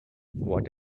what